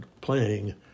playing